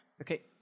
Okay